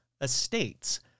Estates